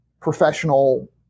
professional